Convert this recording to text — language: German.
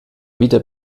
wieder